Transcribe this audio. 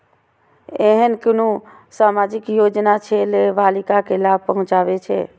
ऐहन कुनु सामाजिक योजना छे जे बालिका के लाभ पहुँचाबे छे?